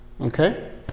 Okay